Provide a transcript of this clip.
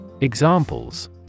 Examples